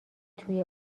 توی